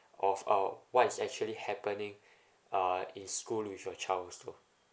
of uh what is actually happening uh in school with your child also